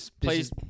please